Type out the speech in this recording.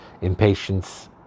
Impatience